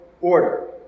order